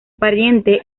pariente